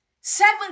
seven